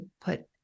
put